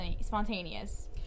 spontaneous